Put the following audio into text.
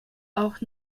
auch